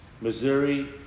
Missouri